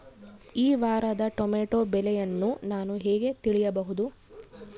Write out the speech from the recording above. ಈ ವಾರದ ಟೊಮೆಟೊ ಬೆಲೆಯನ್ನು ನಾನು ಹೇಗೆ ತಿಳಿಯಬಹುದು?